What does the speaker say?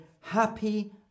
Happy